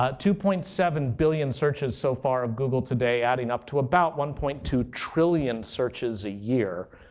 ah two point seven billion searches so far of google today, adding up to about one point two trillion searches a year.